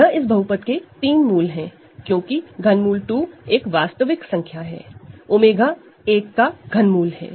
यह इस पॉलिनॉमियल के तीन रूट है क्योंकि ∛ 2 एक वास्तविक संख्या है 𝜔 एक का ∛ है